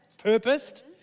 purposed